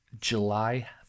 July